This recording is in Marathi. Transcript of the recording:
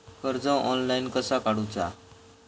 कर्ज ऑनलाइन कसा काडूचा?